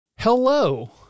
Hello